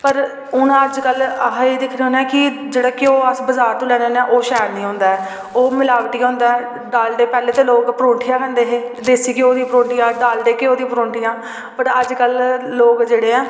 पर हून अज्जकल अस एह् दिक्खने होने आं की जेह्ड़ा घ्योऽ अस बजार तो लैने होने आं ओ शैल निं होंदा ऐ ओह् मलावटी गै होंदा ऐ डालडे पैह्लें ते लोग परोंठियां खंदे हे देसी घ्योऽ दियां परोंठियां डालडे घ्योऽ दी परोंठियां वट् अज्ज कल लोग जेह्ड़े ऐ